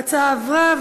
ההצעה עברה,